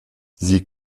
sie